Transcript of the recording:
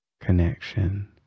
connection